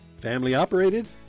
family-operated